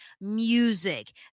music